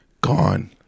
Gone